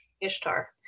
Ishtar